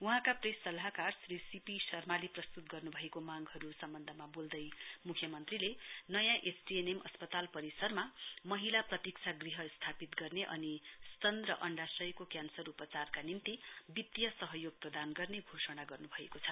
वहाँका प्रेस सल्लाहकार श्री सीपी शर्माले प्रस्तुत गर्न भएको मांगहरू सम्बन्धमा बोल्दै मुख्यमन्त्रीले नयाँ एसटीएनएम अस्पताल परिसरमा महिला प्रतीक्षागृह स्थापित गर्ने अनि स्तन तथा अण्डाशयको क्यान्सर उपचारका निम्ति वित्तिय सहयोग प्रदान गर्ने घोषणा गर्नु भएको छ